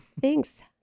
thanks